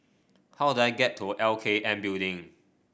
how do I get to L K N Building